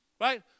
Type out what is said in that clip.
Right